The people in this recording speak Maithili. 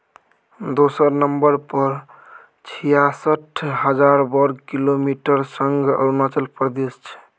दोसर नंबर पर छियासठ हजार बर्ग किलोमीटरक संग अरुणाचल प्रदेश छै